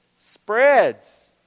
spreads